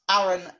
Aaron